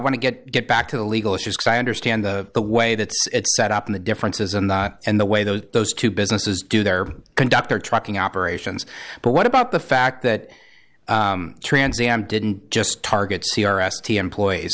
want to get get back to the legal issues because i understand the way that it's set up in the differences and that and the way those those two businesses do their conduct their trucking operations but what about the fact that trans am didn't just target c r s to employees